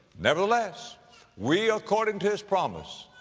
nevertheless we, according to his promise,